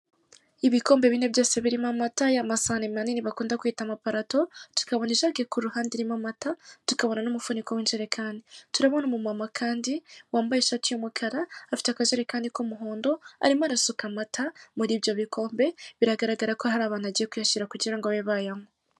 Ibikombe bine byose birimo amata, ya masahane manini bakunda kwuta amaparato, tukabona ijage ku ruhande irimo amata, tukanona n'umufuniko w'injerekani. Turabona umumama kandi wambaye ishati y'umukara, afite akajerakani k'umuhondo. Arimo arasuka amata muri ibyo bikombe, biragaragara ko hari abantu agiye kuyashyira kugira ngo babe bayanywa.